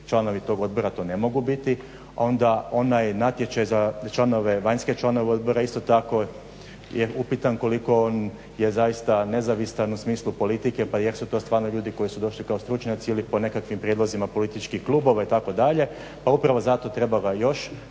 članovi toga odbora to ne mogu biti. Onda, onaj natječaj za članove, vanjske članove odbora isto tako je upitan koliko on je zaista nezavisan u smislu politike. Pa jel su to stvarno ljudi koji su došli kao stručnjaci ili po nekakvim prijedlozima političkih klubova i tako dalje. Pa upravo zato treba ga još